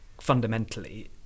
fundamentally